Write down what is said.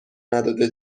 نداده